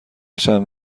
چند